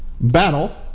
Battle